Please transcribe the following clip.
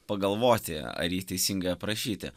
pagalvoti ar jį teisingai aprašyti